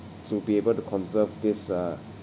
to be able to conserve this uh